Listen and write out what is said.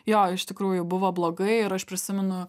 jo iš tikrųjų buvo blogai ir aš prisimenu